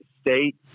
state